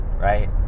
right